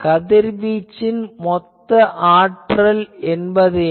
கதிர்வீச்சின் மொத்த ஆற்றல் என்ன